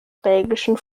belgischen